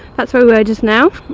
that's where we were just now.